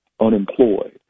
unemployed